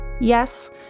Yes